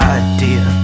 idea